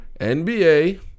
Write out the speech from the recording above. NBA